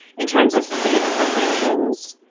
in terms of state appropriations,